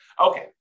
Okay